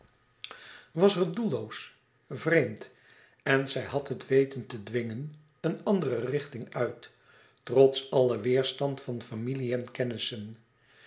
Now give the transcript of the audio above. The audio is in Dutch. was er doelloos vreemd en zij had het weten te dwingen een andere richting uit trots allen weêrstand van familie en kennissen